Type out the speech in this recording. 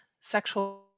sexual